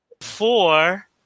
four